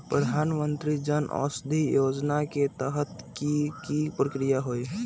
प्रधानमंत्री जन औषधि योजना के तहत की की प्रक्रिया होई?